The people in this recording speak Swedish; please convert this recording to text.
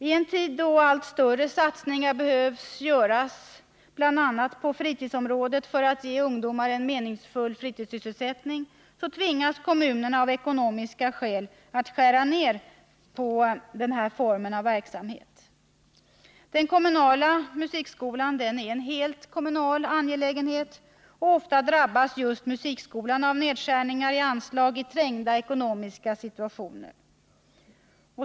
I en tid då allt större satsningar behöver göras på bl.a. fritidsområdet för att ge ungdomar en meningsfull sysselsättning tvingas kommunerna av ekonomiska skäl att skära ner på denna form av verksamhet. Den kommunala musikskolan är en helt kommunal angelägenhet, och ofta drabbas just musikskolan av nedskärningar av anslag i trängda ekonomiska situationer.